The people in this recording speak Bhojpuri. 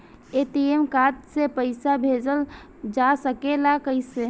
ए.टी.एम कार्ड से पइसा भेजल जा सकेला कइसे?